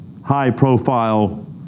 high-profile